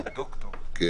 היא